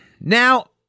Now